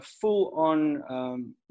full-on